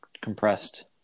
compressed